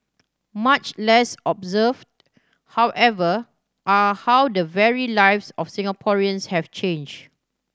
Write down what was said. much less observed however are how the very lives of Singaporeans have changed